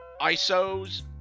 ISOs